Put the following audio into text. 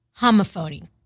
homophony